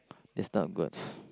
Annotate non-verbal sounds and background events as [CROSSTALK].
that's not a good [BREATH]